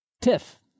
Tiff